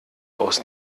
aus